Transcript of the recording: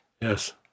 Yes